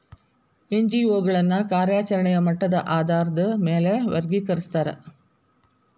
NGO ಗಳನ್ನ ಕಾರ್ಯಚರೆಣೆಯ ಮಟ್ಟದ ಆಧಾರಾದ್ ಮ್ಯಾಲೆ ವರ್ಗಿಕರಸ್ತಾರ